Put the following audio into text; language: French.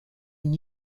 une